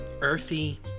earthy